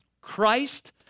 Christ